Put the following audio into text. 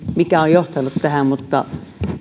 mikä on johtanut tähän mutta